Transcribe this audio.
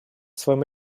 своем